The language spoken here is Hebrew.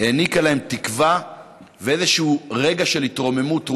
העניקה להם תקווה ואיזשהו רגע של התרוממות רוח,